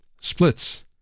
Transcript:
splits